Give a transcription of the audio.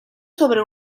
sobre